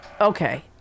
Okay